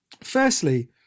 Firstly